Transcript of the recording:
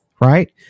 right